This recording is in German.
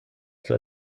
zur